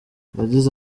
yagize